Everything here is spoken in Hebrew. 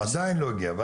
עדיין לא הגיע.